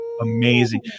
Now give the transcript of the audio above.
amazing